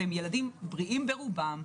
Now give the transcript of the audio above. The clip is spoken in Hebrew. והילדים האלה בריאים ברובם.